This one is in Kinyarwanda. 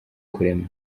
kurema